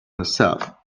herself